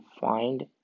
find